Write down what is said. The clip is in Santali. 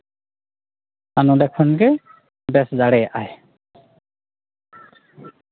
ᱟᱨ ᱱᱚᱸᱰᱮ ᱠᱷᱚᱱᱜᱮ ᱵᱮᱥ ᱫᱟᱲᱮᱭᱟᱜᱼᱟᱭ